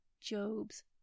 Job's